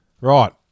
Right